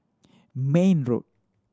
Mayne Road